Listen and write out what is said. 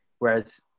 Whereas